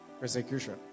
Persecution